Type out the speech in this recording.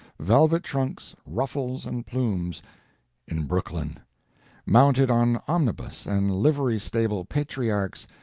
velvet trunks, ruffles, and plumes in brooklyn mounted on omnibus and livery-stable patriarchs,